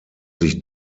sich